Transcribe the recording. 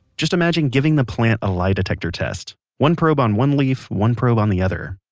just imagine giving the plant a lie detector test. one probe on one leaf, one probe on the other.